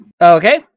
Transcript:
Okay